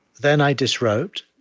then i disrobed,